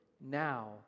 now